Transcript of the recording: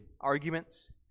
arguments